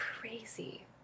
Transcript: crazy